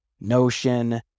notion